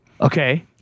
Okay